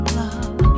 love